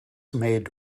made